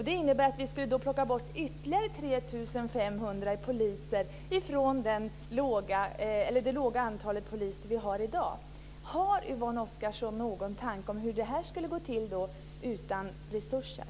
Det innebär att vi skulle plocka bort ytterligare 3 500 poliser i förhållande till det låga antal poliser vi har i dag. Har Yvonne Oscarsson någon tanke om hur det skulle gå till utan resurser?